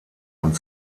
und